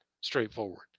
straightforward